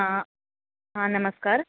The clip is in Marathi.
हां हां नमस्कार